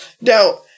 now